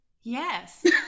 Yes